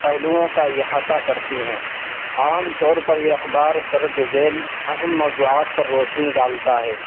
پہلوؤں کا احاطہ کرتی ہیں عام طور پر یہ اخبار درج ذیل اہم موضوعات پر روشنی ڈالتا ہے